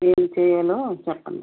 ఏం చెయ్యాలో చెప్పండి